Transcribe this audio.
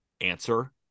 answer